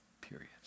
Period